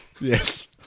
yes